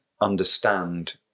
understand